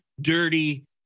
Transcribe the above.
dirty